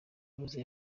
rose